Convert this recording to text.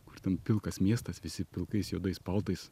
kur ten pilkas miestas visi pilkais juodais paltais